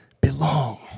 belong